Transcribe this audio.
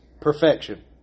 perfection